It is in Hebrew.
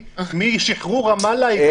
משחרור רמאללה?